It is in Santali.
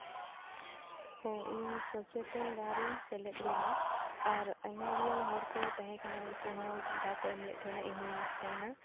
ᱦᱮᱸ ᱤᱧ ᱥᱚᱪᱮᱛᱚᱱ ᱫᱟᱨᱮᱧ ᱥᱮᱞᱮᱫ ᱞᱮᱱᱟ ᱟᱨ ᱟᱭᱢᱟ ᱜᱤᱞᱟᱹᱱ ᱦᱚᱲ ᱠᱚ ᱛᱟᱦᱮᱠᱟᱱᱟ ᱩᱱᱠᱩ ᱦᱚᱸ ᱫᱟᱣ ᱠᱚ ᱮᱢᱞᱮᱫ ᱛᱟᱦᱮᱱᱟ ᱤᱧ ᱦᱩᱧ ᱮᱢᱟᱫ ᱛᱟᱦᱮᱱᱟ